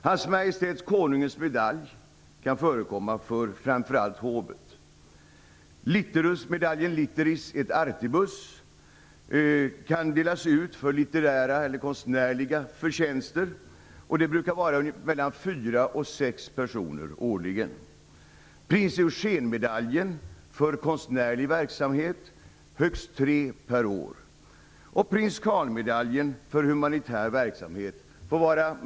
Hans majestät konungens medalj kan förekomma för framför allt hovet. Litterusmedaljen Litteris et artibus kan delas ut för litterära eller konstnärliga förtjänster till vanligtvis 4-6 personer årligen. Prins Eugen-medaljen för konstnärlig verksamhet delas ut till högst tre personer per år.